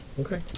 Okay